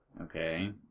Okay